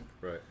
Right